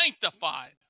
sanctified